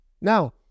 Now